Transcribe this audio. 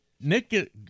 Nick